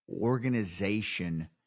organization